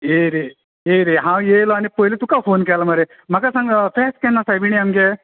खंय रे खंय रे हांव आयलां आनी पळयलो तुका फोन केलां मरे म्हाका सांग फेस्त केन्ना सायबिणी आमगे